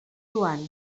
joan